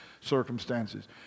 circumstances